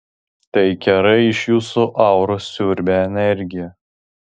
tai kerai iš jūsų auros siurbia energiją